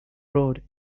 road